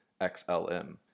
XLM